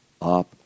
up